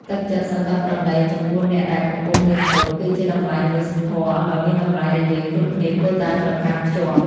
ទឹកចិត្តសណ្តោសប្រណីចំពោះអ្នកដែលកំពុងមានទុក្ខ គឺជាតម្លៃមនុស្សធម៌ដ៏មានតម្លៃដែលយើងគ្រប់គ្នាគួរតែប្រកាន់ខ្ជាប់។